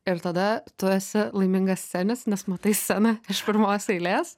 ir tada tu esi laimingascenis nes matai sceną iš pirmos eilės